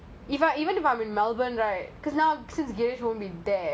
ya but